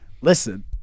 Listen